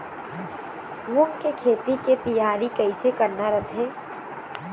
मूंग के खेती के तियारी कइसे करना रथे?